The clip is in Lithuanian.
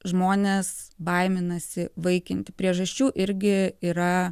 žmonės baiminasi vaikinti priežasčių irgi yra